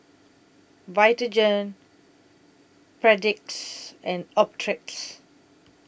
Vitagen Perdix and Optrex